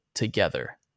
together